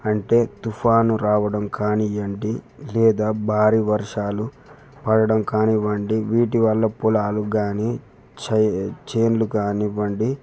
అంటే తుఫాను రావడం కానీయండి లేదా భారీ వర్షాలు పడడం కానివ్వండి వీటి వల్ల పొలాలు కానీ చేనులు కానివ్వండి